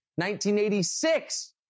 1986